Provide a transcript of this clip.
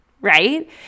right